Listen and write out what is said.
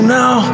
now